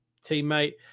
teammate